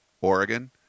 Oregon